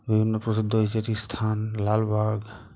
বিভিন্ন প্রসিদ্ধ স্থান লালবাগ